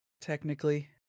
technically